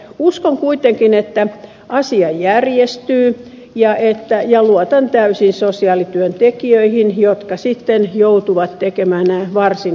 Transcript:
uskon kuitenkin että asia järjestyy ja luotan täysin sosiaalityöntekijöihin jotka sitten joutuvat tekemään nämä varsin hankalatkin sopimukset